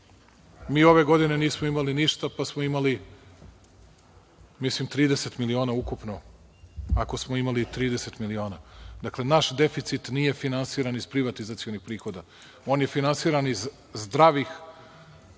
ove godine nismo imali ništa, pa smo imali, mislim, 30 miliona ukupno, ako smo imali i 30 miliona. Dakle, naš deficit nije finansiran iz privatizacionih prihoda, on je finansiran iz zdravih,